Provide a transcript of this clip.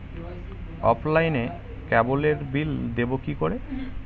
অফলাইনে ক্যাবলের বিল দেবো কি করে?